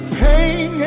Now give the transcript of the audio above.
pain